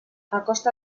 acosta